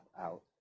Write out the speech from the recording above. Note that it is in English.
out